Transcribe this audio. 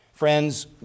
Friends